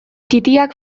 titiak